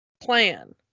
plan